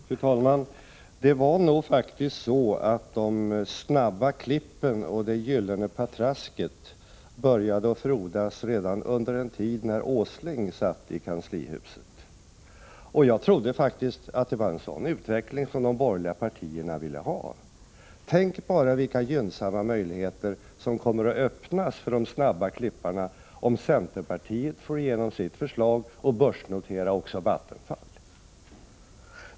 Fru talman! Det var nog faktiskt så att de snabba klippen och det gyllene patrasket började frodas redan under den tid när Åsling satt i kanslihuset. Jag trodde att det var en sådan utveckling som de borgerliga partierna ville ha. Tänk bara vilka gynnsamma möjligheter som kommer att öppnas för de snabba klippen, om centerpartiet får igenom sitt förslag att börsnotera också Vattenfall!